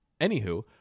anywho